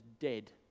dead